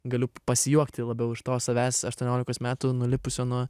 galiu pasijuokti labiau iš to savęs aštuoniolikos metų nulipusio nuo